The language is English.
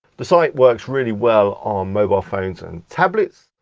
the site works really well on mobile phones and tablets,